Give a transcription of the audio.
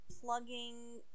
plugging